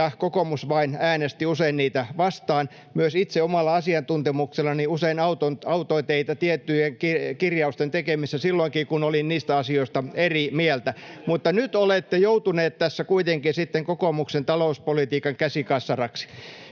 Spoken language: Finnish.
kokoomus vain äänesti usein niitä vastaan. Myös itse omalla asiantuntemuksellani usein autoin teitä tiettyjen kirjausten tekemisessä — silloinkin kun olin niistä asioista eri mieltä [Välihuutoja kokoomuksen ryhmästä] — mutta nyt olette joutunut tässä kuitenkin sitten kokoomuksen talouspolitiikan käsikassaraksi.